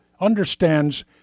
understands